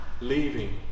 leaving